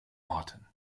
orten